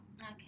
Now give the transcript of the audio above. Okay